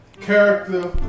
character